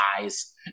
eyes